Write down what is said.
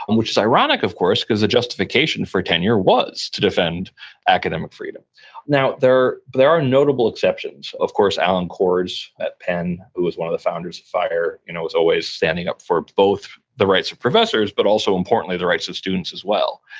and which is ironic, of course, because the justification for tenure was to defend academic freedom now, there there are notable exceptions. of course, alan kors at penn, who was one of the founders of fire, you know was always standing up for both the rights of professors but also, importantly, the rights of students as well.